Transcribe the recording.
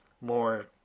more